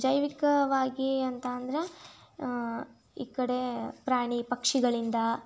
ಜೈವಿಕವಾಗಿ ಅಂತ ಅಂದರೆ ಈ ಕಡೆ ಪ್ರಾಣಿ ಪಕ್ಷಿಗಳಿಂದ